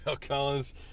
Collins